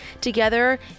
together